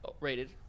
rated